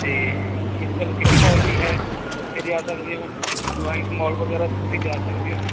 ਤਾਂ Mittal city mall ਵੀ ਹੈ ਉੱਥੇ ਜਾ ਸਕਦੇ ਹੋ ਰਿਲਾਈਨਸ ਮੌਲ ਵਗੈਰਾ ਵੀ ਤੁਸੀਂ ਜਾ ਸਕਦੇ ਹੋ